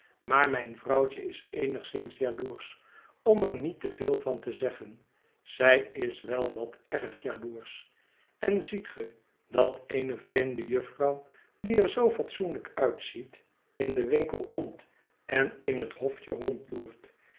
maar mijn vrouwtje is eenigszins jaloersch om er niet te veel van te zeggen zij is wel wat erg jaloersch en ziet ge dat eene vreemde jufvrouw die er zoo fatsoenlijk uitziet in den winkel komt en in het hofje